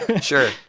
sure